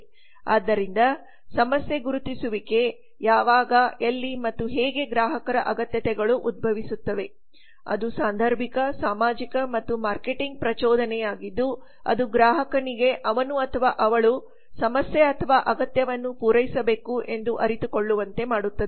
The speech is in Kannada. ಆದ್ದರಿಂದ ಸಮಸ್ಯೆ ಗುರುತಿಸುವಿಕೆ ಯಾವಾಗ ಎಲ್ಲಿ ಮತ್ತು ಹೇಗೆ ಗ್ರಾಹಕರ ಅಗತ್ಯತೆಗಳು ಉದ್ಭವಿಸುತ್ತವೆ ಅದು ಸಾಂದರ್ಭಿಕ ಸಾಮಾಜಿಕ ಮತ್ತು ಮಾರ್ಕೆಟಿಂಗ್ ಪ್ರಚೋದನೆಯಾಗಿದ್ದು ಅದು ಗ್ರಾಹಕನಿಗೆ ಅವನು ಅಥವಾ ಅವಳು ಸಮಸ್ಯೆ ಅಥವಾ ಅಗತ್ಯವನ್ನು ಪೂರೈಸಬೇಕು ಎಂದು ಅರಿತುಕೊಳ್ಳುವಂತೆ ಮಾಡುತ್ತದೆ